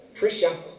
Trisha